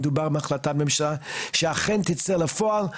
מדובר בהחלטה ממשלה שאכן תצא לפועל,